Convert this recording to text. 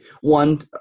One